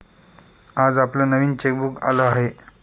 आज आपलं नवीन चेकबुक आलं आहे